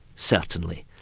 certainly.